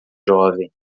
jovem